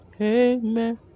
amen